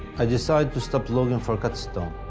i decided to stop looking for cut stones.